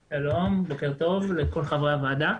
שלום, בוקר טוב לכל חברי הוועדה.